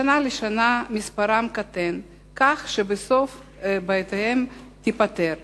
משנה לשנה מספרם קטן, כך שבסוף בעיותיהם תיפתרנה.